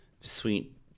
sweet